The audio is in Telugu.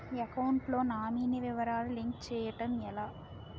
అకౌంట్ లో నామినీ వివరాలు లింక్ చేయటం ఎలా?